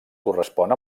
correspon